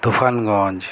Tufanganj